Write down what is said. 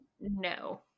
No